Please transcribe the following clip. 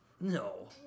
No